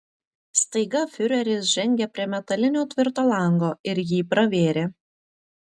staiga fiureris žengė prie metalinio tvirto lango ir jį pravėrė